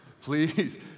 Please